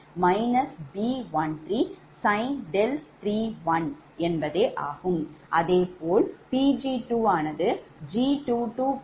அதேபோல் 𝑃2𝐺22𝐺23cos𝛿23𝐵23sin𝛿23